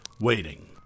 waiting